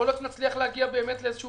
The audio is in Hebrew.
יכול להיות שנצליח להגיע באמת לאיזשהו